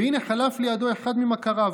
והינה חלף לידו אחד ממכריו.